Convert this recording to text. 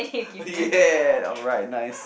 ya right nice